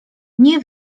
nie